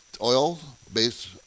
oil-based